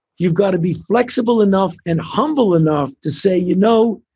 you've got to be flexible enough and humble enough to say, you know,